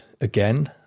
again